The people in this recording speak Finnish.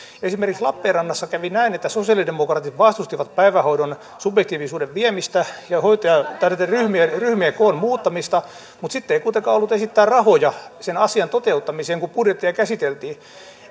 esimerkiksi lappeenrannassa kävi näin että sosialidemokraatit vastustivat päivähoidon subjektiivisuuden viemistä ja ryhmien ryhmien koon muuttamista mutta sitten ei kuitenkaan ollut esittää rahoja sen asian toteuttamiseen kun budjettia käsiteltiin